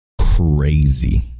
crazy